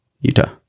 Utah